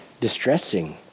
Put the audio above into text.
distressing